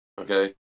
okay